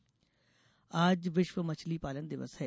मत्स्य पालन दिवस आज विश्व मछली पालन दिवस है